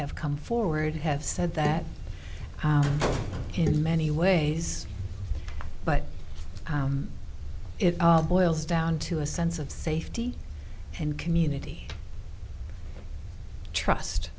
have come forward have said that in many ways but it all boils down to a sense of safety and community trust